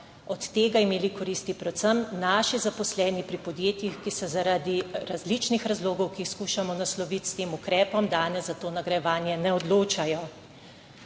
od tega imeli koristi predvsem naši zaposleni pri podjetjih, ki se zaradi različnih razlogov, ki jih skušamo nasloviti s tem ukrepom danes za to nagrajevanje ne odločajo.